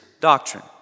doctrine